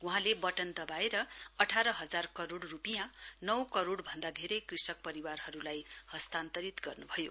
वहाँले वटन दबाएर अठार हजार करोड़ रुपियाँ नौ करोड़भन्दा धेरै कृषक परिवारहरूले हस्तान्तरित गर्नुभयो